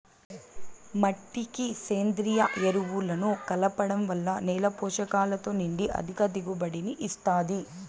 మట్టికి సేంద్రీయ ఎరువులను కలపడం వల్ల నేల పోషకాలతో నిండి అధిక దిగుబడిని ఇస్తాది